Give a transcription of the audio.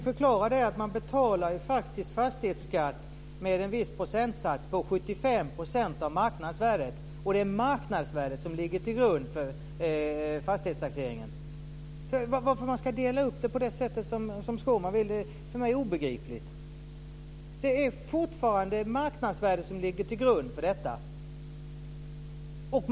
Fru talman! Jag försökte förklara att man betalar fastighetsskatt med en viss procentsats på 75 % av marknadsvärdet. Det är marknadsvärdet som ligger till grund för fastighetstaxeringen. Det är för mig obegripligt varför ska man dela upp det som Skårman vill. Det är fortfarande marknadsvärdet som ligger till grund för fastighetsskatten.